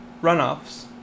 Runoffs